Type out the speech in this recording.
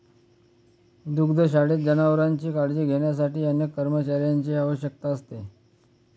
दुग्धशाळेत जनावरांची काळजी घेण्यासाठी अनेक कर्मचाऱ्यांची आवश्यकता असते